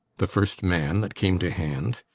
the first man that came to hand?